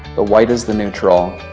the white is the neutral,